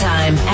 Time